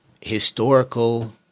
historical